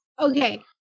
Okay